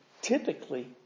typically